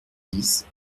dix